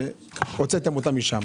הוצאתם אותם משם